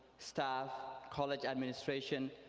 staff, college administration,